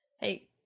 Hey